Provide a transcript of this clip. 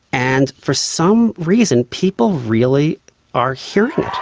and for some reason people really are hearing it.